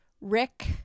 Rick